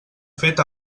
fet